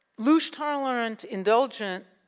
louche tolerant, indulgent